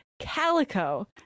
Calico